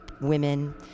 women